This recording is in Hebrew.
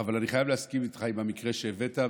אני חייב להסכים איתך על המקרה שהבאת,